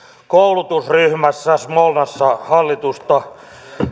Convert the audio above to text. koulutusryhmässä smolnassa hallitusta